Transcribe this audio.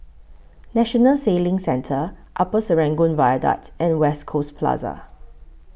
National Sailing Centre Upper Serangoon Viaduct and West Coast Plaza